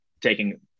taking